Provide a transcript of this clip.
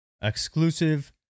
exclusive